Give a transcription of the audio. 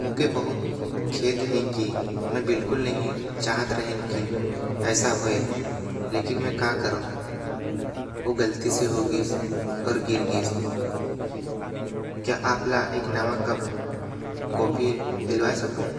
मोके बहुत खेद हवे की ऐ हर आपके ऊपर गिर। गइस मोके माफ़ करा का मै आप मन बर एक और कप कॉफ़ी। ला के दे सकत